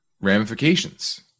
ramifications